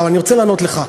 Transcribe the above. אבל אני רוצה לענות לך.